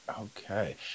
okay